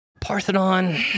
parthenon